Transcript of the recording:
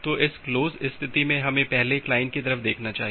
तो इस क्लोज स्थिति से हमें पहले क्लाइंट की तरफ देखना चाहिए